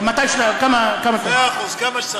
מאה אחוז, כמה שצריך.